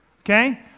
Okay